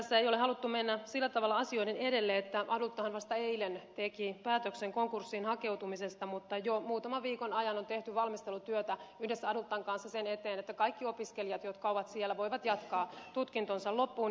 tässä ei ole haluttu mennä sillä tavalla asioiden edelle koska adultahan vasta eilen teki päätöksen konkurssiin hakeutumisesta mutta jo muutaman viikon ajan on tehty valmistelutyötä yhdessä adultan kanssa sen eteen että kaikki opiskelijat jotka ovat siellä voivat jatkaa tutkintonsa loppuun